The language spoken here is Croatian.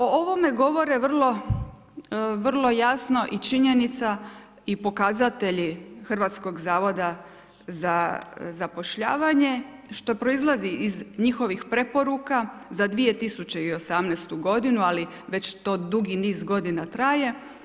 O ovome govore vrlo jasno i činjenica i pokazatelji Hrvatskog zavoda za zapošljavanje što proizlazi iz njihovih preporuka za 2018. godinu, ali već to dugi niz godina traje.